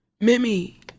Mimi